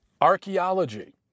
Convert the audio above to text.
Archaeology